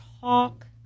talk